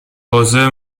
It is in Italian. josé